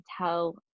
tell